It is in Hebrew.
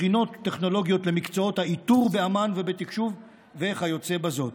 מכינות טכנולוגיות למקצועות האיתור באמ"ן ובתקשוב וכיוצא באלה.